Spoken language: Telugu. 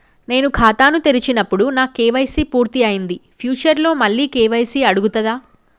నేను ఖాతాను తెరిచినప్పుడు నా కే.వై.సీ పూర్తి అయ్యింది ఫ్యూచర్ లో మళ్ళీ కే.వై.సీ అడుగుతదా?